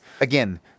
Again